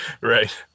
right